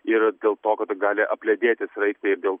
ir dėl to kad gali apledėti sraigtai ir dėl